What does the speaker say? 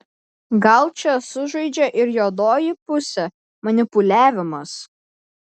gal čia sužaidžia ir juodoji pusė manipuliavimas